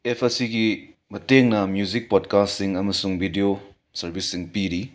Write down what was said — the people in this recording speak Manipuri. ꯑꯦꯐ ꯑꯁꯤꯒꯤ ꯃꯇꯦꯡꯅ ꯃ꯭ꯌꯨꯖꯤꯛ ꯄꯣꯠꯀꯥꯁꯁꯤꯡ ꯑꯃꯁꯨꯡ ꯚꯤꯗꯤꯌꯣ ꯁꯔꯕꯤꯁꯁꯤꯡ ꯄꯤꯔꯤ